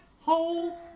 whole